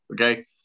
Okay